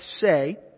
say